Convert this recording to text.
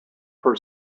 per